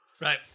Right